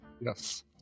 Yes